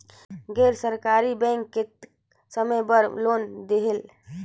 गैर सरकारी बैंक कतेक समय बर लोन देहेल?